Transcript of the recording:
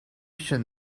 should